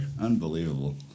Unbelievable